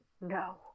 no